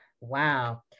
Wow